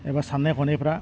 एबा सान्नाय हनायफ्रा